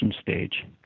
stage